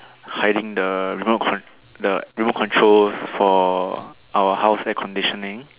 hiding the remote con~ the remote control for our house air conditioning